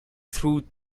through